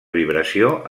vibració